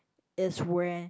is where